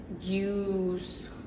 use